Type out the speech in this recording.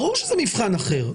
ברור שזה מבחן אחר.